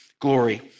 glory